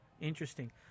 Interesting